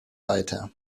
weiter